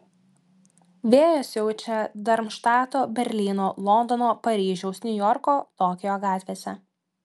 vėjas siaučia darmštato berlyno londono paryžiaus niujorko tokijo gatvėse